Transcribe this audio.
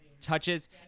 touches